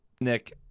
Nick